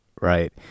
Right